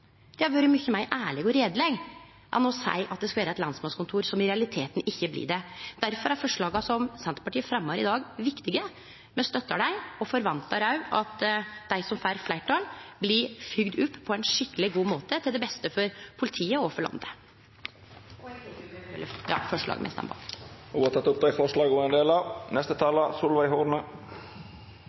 Det hadde vore mykje meir ærleg og reieleg enn å seie at det skal vere eit lensmannskontor som i realiteten ikkje blir det. Difor er forslaga som Senterpartiet fremjar i dag, viktige. Me støttar dei og forventar òg at dei som får fleirtal, blir følgde opp på ein skikkeleg og god måte, til det beste for politiet og for landet.